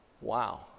Wow